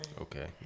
Okay